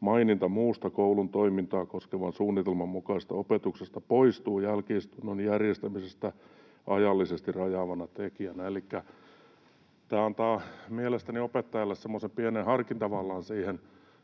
maininta muusta koulun toimintaa koskevan suunnitelman mukaisesta opetuksesta poistuu jälki-istunnon järjestämistä ajallisesti rajaavana tekijänä. Tämä antaa mielestäni opettajalle semmoisen pienen harkintavallan siihen